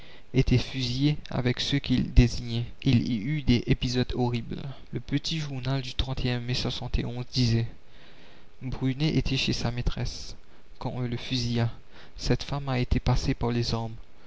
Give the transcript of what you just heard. étaient fusillés avec ceux qu'ils désignaient il y eut des épisodes horribles le petit journal du mai disait brunet était chez sa maîtresse quand on le fusilla cette femme a été passée par les armes